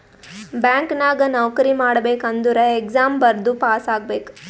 bank ನಾಗ್ ನೌಕರಿ ಮಾಡ್ಬೇಕ ಅಂದುರ್ ಎಕ್ಸಾಮ್ ಬರ್ದು ಪಾಸ್ ಆಗ್ಬೇಕ್